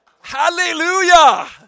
Hallelujah